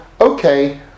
okay